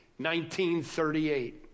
1938